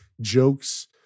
jokes